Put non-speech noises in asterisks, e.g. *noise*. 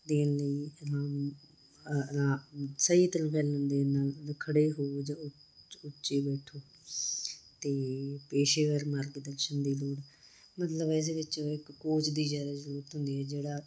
ਦੇਣ ਲਈ *unintelligible* ਸਹੀ *unintelligible* ਖੜ੍ਹੇ ਹੋ ਜਾਓ ਉੱਚੇ ਬੈਠੋ ਅਤੇ ਪੇਸ਼ੇਵਾਰ ਮਾਰਗ ਦਰਸ਼ਨ ਦੀ ਲੋੜ ਮਤਲਬ ਇਹਦੇ ਵਿੱਚ ਇੱਕ ਕੋਚ ਦੀ ਜ਼ਿਆਦਾ ਜ਼ਰੂਰਤ ਹੁੰਦੀ ਹੈ ਜਿਹੜਾ